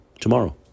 tomorrow